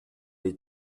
les